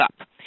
up